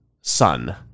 sun